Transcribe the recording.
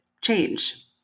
change